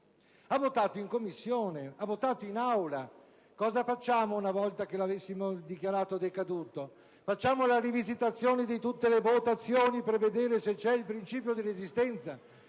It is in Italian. ha votato, sia in Commissione che in Aula. Cosa facciamo una volta che lo dichiariamo decaduto? Facciamo la rivisitazione di tutte le votazioni per vedere se c'è il principio di resistenza?